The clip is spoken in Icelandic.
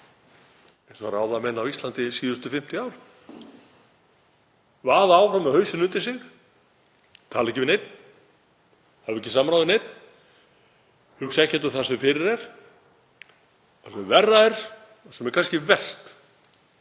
eins og ráðamenn á Íslandi síðustu 50 ár, vaða áfram með hausinn undir sig, tala ekki við neinn, hafa ekki samráð við neinn, hugsa ekkert um það sem fyrir er. Það sem verra er og það sem er kannski verst,